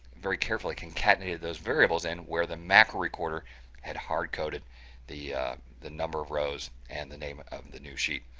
very carefully, concatenated those variables in, where the macro recorder had hard-coded the the number of rows and the name of the new sheet.